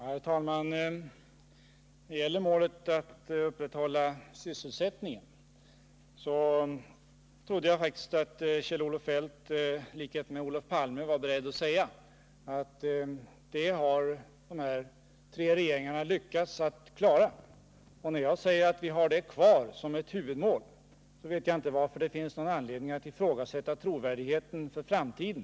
Herr talman! När det gäller målet att upprätthålla sysselsättningen trodde jag faktiskt att Kjell-Olof Feldt i likhet med Olof Palme var beredd att säga att de här tre regeringarna lyckats på den punkten. Jag har ju sagt att vi har kvar vårt huvudmål när det gäller sysselsättningen. Jag inser inte att det då finns någon anledning att ifrågasätta vår trovärdighet för framtiden.